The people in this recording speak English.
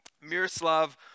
Miroslav